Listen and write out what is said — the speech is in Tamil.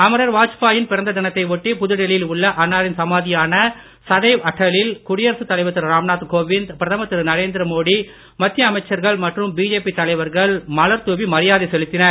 அமரர் வாஜ்பாயின் பிறந்த தினத்தை ஒட்டி புதுடெல்லியில் உள்ள அன்னாரின் சமாதியான சதை அட்டலில் குடியரசு தலைவர் திரு ராம்நாத் கோவிந்த பிரதமர் திரு நரேந்திரமோடி மத்திய அமைச்சர்கள் மற்றும் பிஜேபி தலைவர்கள் மலர் தூவி மரியாதை செலுத்தினர்